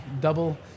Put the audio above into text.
double